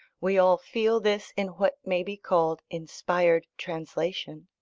we all feel this in what may be called inspired translation.